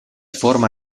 forma